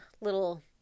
little